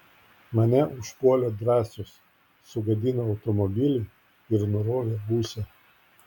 mane užpuolė drąsius sugadino automobilį ir nurovė ūsą